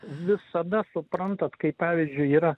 visada suprantat kaip pavyzdžiui yra